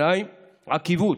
2. עקיבות,